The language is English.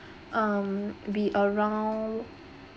um be around